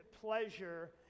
pleasure